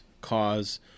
cause